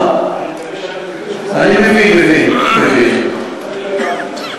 אני מבין, אני מבין.